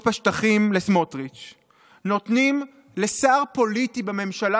בשטחים לסמוטריץ'; נותנים לשר פוליטי בממשלה,